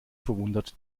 verwundert